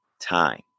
time